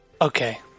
Okay